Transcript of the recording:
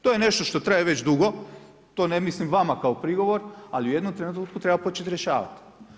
To je nešto što traje već dugo, to ne mislim vama kao prigovor, ali u jednom trenutku to treba početi rješavati.